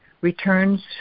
returns